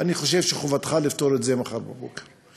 אני חושב שחובתך לפתור את זה מחר בבוקר.